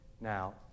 Now